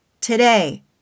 today